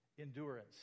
endurance